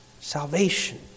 salvation